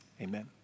Amen